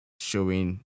showing